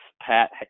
Pat